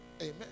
Amen